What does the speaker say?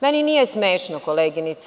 Meni nije smešno, koleginice.